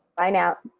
bye now!